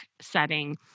setting